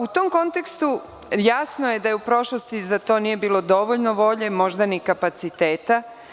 U tom kontekstu, jasno je da i u prošlosti za to nije bilo dovoljno volje, možda ni kapaciteta.